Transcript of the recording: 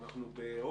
אנחנו באוגוסט.